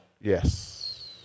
Yes